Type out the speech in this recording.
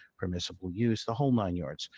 permissible use, the whole nine yards.